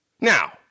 Now